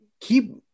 keep